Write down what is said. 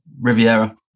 Riviera